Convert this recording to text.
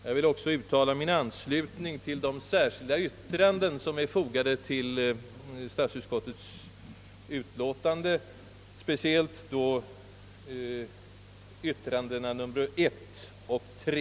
Jag vill också uttala min anslutning till de särskilda yttranden som fogats till statsutskottets utlåtande, speciellt då yttrandena nr 1 och nr 3.